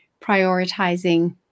prioritizing